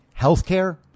Healthcare